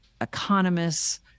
economists